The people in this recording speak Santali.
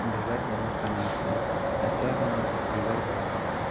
ᱵᱷᱮᱜᱟᱨ ᱵᱚ ᱨᱚᱲ ᱠᱟᱱᱟ ᱟᱨ ᱟᱥᱲᱟ ᱨᱮᱢᱟ ᱵᱷᱮᱜᱟᱨ ᱵᱚ ᱨᱚᱲ ᱠᱟᱱᱟ